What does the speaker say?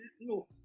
no